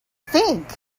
think